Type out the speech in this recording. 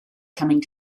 coming